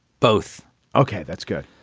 both ok. that's good.